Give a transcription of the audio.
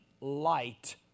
light